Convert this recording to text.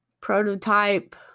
prototype